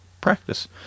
practice